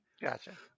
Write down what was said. Gotcha